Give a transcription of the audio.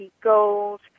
Gold